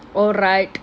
oh right